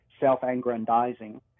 self-aggrandizing